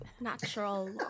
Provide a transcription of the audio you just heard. natural